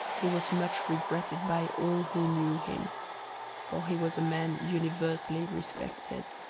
he was much regretted by all who knew him for he was a man universally respected.